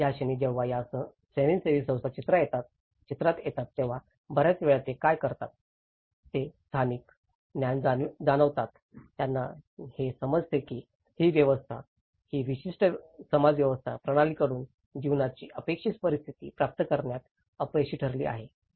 या क्षणी जेव्हा या स्वयंसेवी संस्था चित्रात येतात तेव्हा बर्याच वेळा ते काय करतात ते स्थानिक ज्ञान जाणवतात त्यांना हे समजते की ही व्यवस्था ही विशिष्ट समाज व्यवस्था प्रणालीकडून जीवनाची अपेक्षित परिस्थिती प्राप्त करण्यात अपयशी ठरली आहे